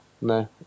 No